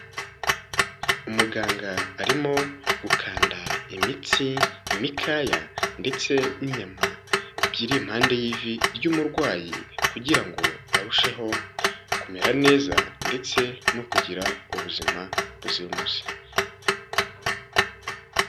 Umuganga arimo gukanda imitsi, imikaya ndetse n'inyama iri impande y'ivi ry'umurwayi kugira ngo arusheho kumera neza ndetse no kugira ubuzima buzira umuze.